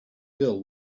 girl